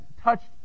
touched